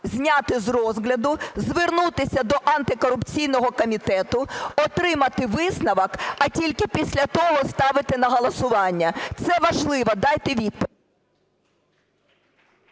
зняти з розгляду, звернутися до антикорупційного комітету, отримати висновок, а тільки після того ставити на голосування? Це важливо. Дайте відповідь.